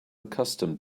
accustomed